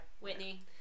Whitney